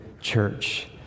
Church